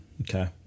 okay